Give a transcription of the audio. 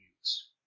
use